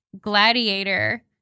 gladiator